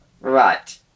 Right